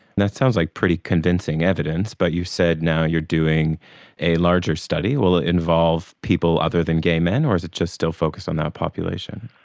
sounds like pretty convincing evidence, but you've said now you're doing a larger study. will it involve people other than gay men, or is it just still focused on that population?